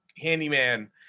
handyman